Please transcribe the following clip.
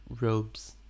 robes